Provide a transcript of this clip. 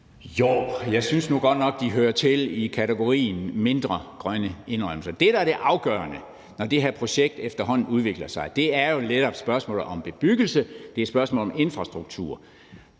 Jeg synes nu godt nok, de hører til i kategorien mindre grønne indrømmelser. Det, der er det afgørende, når det her projekt efterhånden udvikler sig, er jo netop spørgsmålet om bebyggelse, og det er spørgsmålet om infrastruktur.